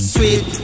Sweet